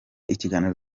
ikiganiro